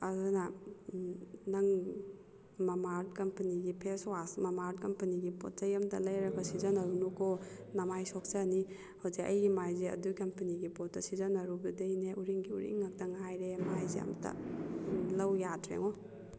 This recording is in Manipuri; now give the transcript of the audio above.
ꯑꯗꯨꯅ ꯅꯪ ꯃꯥꯃꯥꯑꯥꯔꯠ ꯀꯝꯄꯅꯤꯒꯤ ꯐꯦꯁꯋꯥꯁ ꯃꯥꯃꯥꯑꯥꯔꯠ ꯀꯝꯄꯅꯤꯒꯤ ꯄꯣꯠ ꯆꯩ ꯑꯃꯇ ꯂꯩꯔꯒ ꯁꯤꯖꯤꯟꯅꯔꯨꯅꯨꯀꯣ ꯅꯃꯥꯏ ꯁꯣꯛꯆꯅꯤ ꯍꯧꯖꯤꯛ ꯑꯩꯒꯤ ꯃꯥꯏꯁꯦ ꯑꯗꯨꯒꯤ ꯀꯝꯄꯅꯤꯒꯤ ꯄꯣꯠꯇꯣ ꯁꯤꯖꯤꯟꯅꯔꯨꯕꯗꯒꯤꯅꯦ ꯎꯔꯤꯡꯒꯤ ꯎꯔꯤꯡ ꯉꯥꯛꯇ ꯉꯥꯏꯔꯦ ꯃꯥꯏꯁꯦ ꯑꯃꯇ ꯂꯧ ꯌꯥꯗ꯭ꯔꯦꯉꯣ